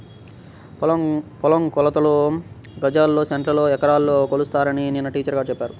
పొలం కొలతలు గజాల్లో, సెంటుల్లో, ఎకరాల్లో కొలుస్తారని నిన్న టీచర్ గారు చెప్పారు